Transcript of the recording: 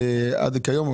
עד כיום.